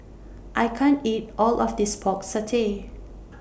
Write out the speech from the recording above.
I can't eat All of This Pork Satay